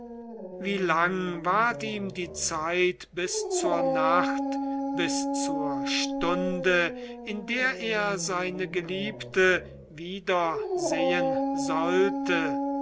wie lang ward ihm die zeit bis zur nacht bis zur stunde in der er seine geliebte wiedersehen sollte